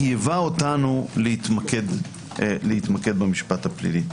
חייבה אחתנו להתמקד במשפט הפלילי.